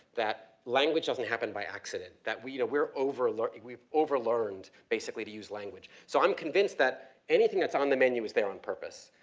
that language doesn't happen by accident. that, we, you know we're over, we've over-learned basically to use language. so, i'm convinced that anything that's on the menu is there on purpose.